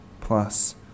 plus